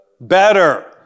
Better